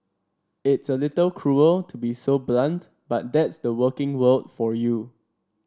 it's a little cruel to be so blunt but that's the working world for you